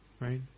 right